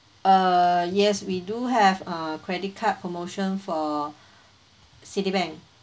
uh yes we do have a credit card promotion for citibank